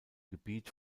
gebiet